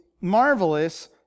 marvelous